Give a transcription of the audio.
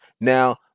Now